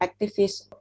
activists